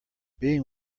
being